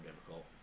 difficult